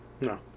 No